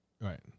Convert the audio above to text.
Right